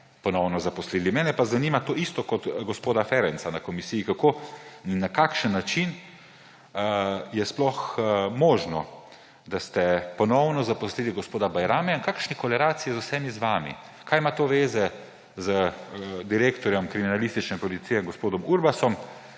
ponovno zaposlili. Mene pa zanima to isto kot gospoda Ferenca na komisiji: Kako in na kakšen način je sploh možno, da ste ponovno zaposlili gospoda Bajramija? V kakšni korelaciji je z vsemi vami, kaj ima to zveze z direktorjem kriminalistične policije gospodom Urbasom?